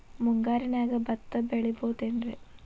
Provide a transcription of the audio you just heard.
ಮುಂಗಾರಿನ್ಯಾಗ ಭತ್ತ ಬೆಳಿಬೊದೇನ್ರೇ?